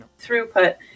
throughput